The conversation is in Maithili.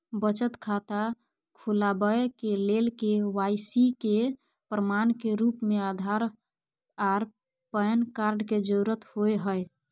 बचत खाता खोलाबय के लेल के.वाइ.सी के प्रमाण के रूप में आधार आर पैन कार्ड के जरुरत होय हय